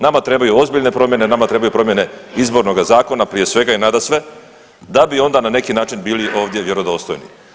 Nama trebaju ozbiljne promjene, nama trebaju promjene izbornoga zakona prije svega i nadasve da bi ona na neki način bili ovdje vjerodostojni.